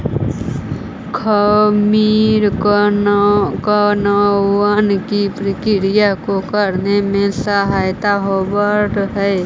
खमीर किणवन की प्रक्रिया को करने में सहायक होवअ हई